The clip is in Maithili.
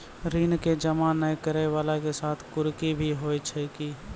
ऋण के जमा नै करैय वाला के साथ कुर्की भी होय छै कि?